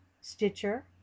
Stitcher